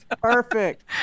Perfect